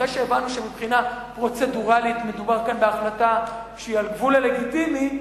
אחרי שהבנו שמבחינה פרוצדורלית מדובר כאן בהחלטה שהיא על גבול הלגיטימי,